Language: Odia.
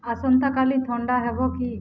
ଆସନ୍ତାକାଲି ଥଣ୍ଡା ହେବ କି